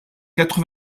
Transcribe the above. quatre